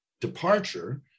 departure